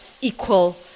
equal